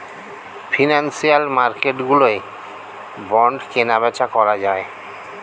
financial মার্কেটগুলোয় bond কেনাবেচা করা যায়